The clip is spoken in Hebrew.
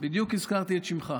בדיוק הזכרתי את שמך.